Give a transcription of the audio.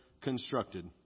constructed